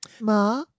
Ma